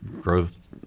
growth